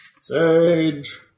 Sage